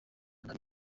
nari